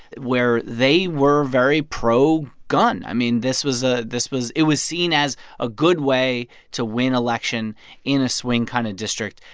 where they were very pro-gun i mean, this was ah this was it was seen as a good way to win election in a swing kind of district.